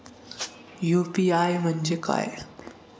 UPI म्हणजे काय?